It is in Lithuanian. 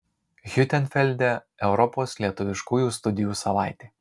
hiutenfelde europos lietuviškųjų studijų savaitė